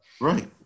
Right